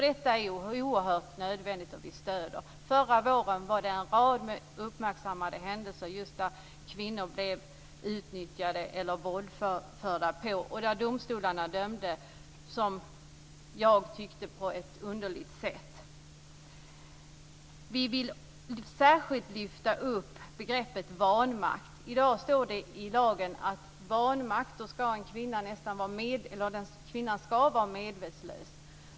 Detta är oerhört nödvändigt, och vi stöder det. Förra våren var det en rad uppmärksammade händelser just där kvinnor blivit utnyttjade eller våldförda och där domstolarna dömde, som jag tyckte, på ett underligt sätt. Vi vill särskilt lyfta upp begreppet vanmakt. I dag står det i lagen att vanmakt är när en kvinna är medvetslös.